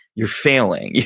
you're failing.